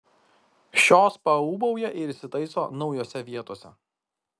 šios paūbauja ir įsitaiso naujose vietose